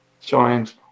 joined